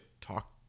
talk